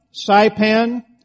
Saipan